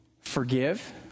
forgive